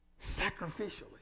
sacrificially